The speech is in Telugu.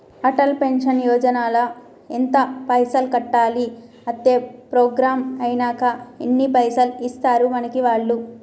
అటల్ పెన్షన్ యోజన ల ఎంత పైసల్ కట్టాలి? అత్తే ప్రోగ్రాం ఐనాక ఎన్ని పైసల్ ఇస్తరు మనకి వాళ్లు?